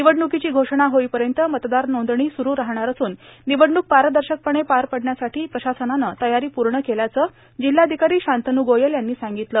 निवडणुकांची घोषणा होईपयत मतदार नांदणी सुरु राहणार असून निवडणूक पारदशकपणे करण्यासाठीं प्रशासनानं तयारीं पूण केल्याचं जिल्हाधिकारी शांतनू गोयल यांनी सांगितलं